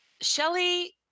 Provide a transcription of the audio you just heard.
Shelley